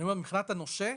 אני אומר מבחינת הנושה,